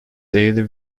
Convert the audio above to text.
daly